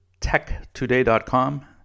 techtoday.com